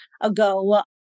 ago